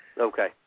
Okay